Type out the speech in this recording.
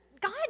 God